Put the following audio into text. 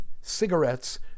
cigarettes